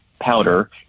powder